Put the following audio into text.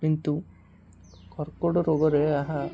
କିନ୍ତୁ କର୍କଟ ରୋଗରେ ଏହା